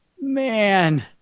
Man